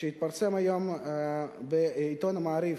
שהתפרסם היום בעיתון "מעריב"